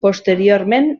posteriorment